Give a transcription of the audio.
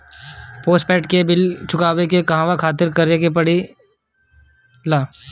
Postpaid के bill चुकावे के कहवा खातिर का करे के पड़ें ला?